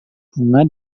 bunga